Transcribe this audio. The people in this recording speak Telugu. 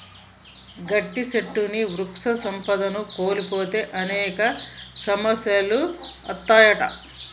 గట్టి సెట్లుని వృక్ష సంపదను కోల్పోతే అనేక సమస్యలు అత్తాయంట